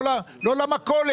לא למכולת.